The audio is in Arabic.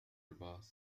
الباص